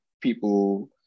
people